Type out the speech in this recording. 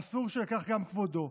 אסור שיילקח גם כבודו,